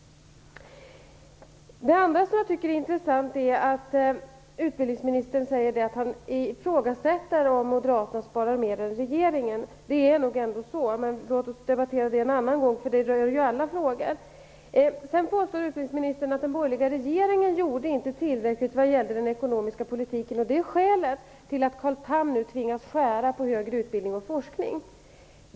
Det andra som jag tycker är intressant är att utbildningsministern ifrågasätter om moderaterna sparar mer än vad regeringen gör. Det är nog ändå så, men låt oss debattera det en annan gång eftersom det rör alla frågor. Sedan påstod utbildningsministern att den borgerliga regeringen inte gjorde tillräckligt när det gällde den ekonomiska politiken, och det är skälet till att Carl Tham nu tvingas skära ner högre utbildning och forskning.